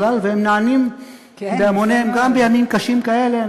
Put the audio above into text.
בכלל, והם נענים בהמוניהם, גם בימים קשים כאלה.